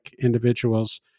individuals